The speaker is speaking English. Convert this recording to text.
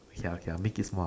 ya ya make it small